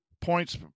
points